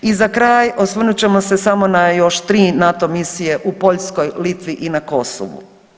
I za kraj osvrnut ćemo se samo na još tri NATO misije u Poljskoj, Litvi i na Kosovu.